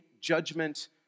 judgment